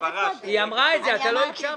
היא אמרה את זה, אתה לא הקשבת.